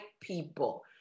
people